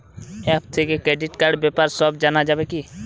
App থেকে credit কার্ডর ব্যাপারে সব জানা যাবে কি?